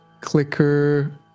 Clicker